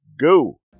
go